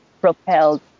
propelled